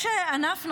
יש ענף נוסף,